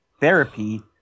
therapy